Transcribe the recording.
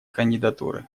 кандидатуры